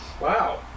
Wow